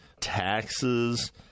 taxes